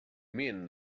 mean